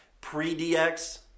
Pre-DX